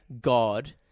god